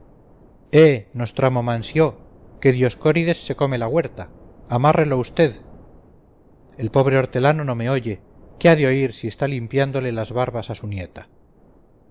eh nostramo mansió que dioscórides se come la huerta amárrelo usted el pobre hortelano no me oye qué ha de oír si está limpiándole las babas a su nieta